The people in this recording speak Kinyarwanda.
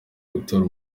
gutora